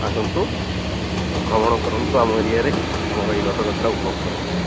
ଆସନ୍ତୁ ଭ୍ରମଣ କରନ୍ତୁ ଆମ ଏରିଆରେ ଓ ଏହି ରଥଯାତ୍ରା ଉପଭୋଗ କରନ୍ତୁ